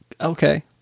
Okay